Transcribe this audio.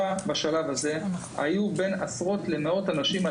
בשלב הזה מלבד השחקנים היו על הדשא בין עשרות ומאות אנשים ,